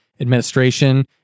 administration